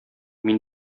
мин